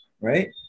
right